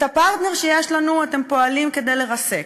את הפרטנר שיש לנו אתם פועלים כדי לרסק,